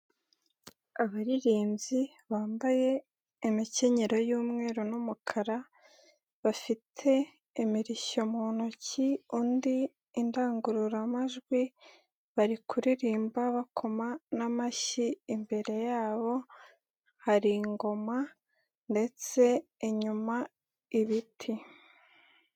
Abaririmbyi bambaye imikenyero y'umweru n'umukara, bafite imirishyo mu ntoki, undi indangururamajwi, bari kuririmba bakoma n'amashyi, imbere yabo haringoma ndetse inyuma ibiti.